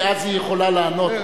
כי אז היא יכולה לענות.